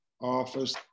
office